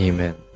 Amen